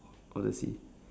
on the C